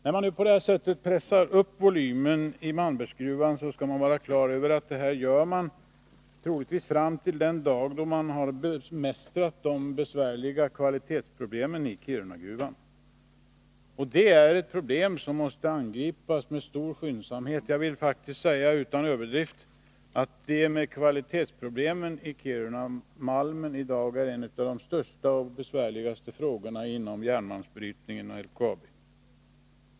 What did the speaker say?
När man nu på detta sätt pressar upp volymen i Malmbergsgruvan, skall botten man vara klar över att man troligtvis gör detta fram till den dag då man har bemästrat de besvärliga kvalitetsproblemen i Kirunagruvan. Det är ett problem som måste angripas med stor skyndsamhet. Jag vill utan överdrift säga att kvalitetsproblemen i Kiruna — när det gäller malmen — hör till de största och besvärligaste frågorna inom järnmalmsbrytningen och LKAB.